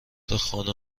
خانه